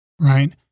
Right